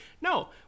No